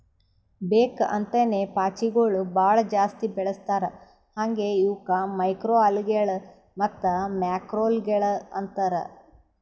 ಬೇಕ್ ಅಂತೇನೆ ಪಾಚಿಗೊಳ್ ಭಾಳ ಜಾಸ್ತಿ ಬೆಳಸ್ತಾರ್ ಹಾಂಗೆ ಇವುಕ್ ಮೈಕ್ರೊಅಲ್ಗೇಗಳ ಮತ್ತ್ ಮ್ಯಾಕ್ರೋಲ್ಗೆಗಳು ಅಂತಾರ್